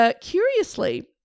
Curiously